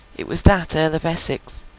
it was that earl of essex,